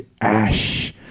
ash